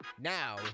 Now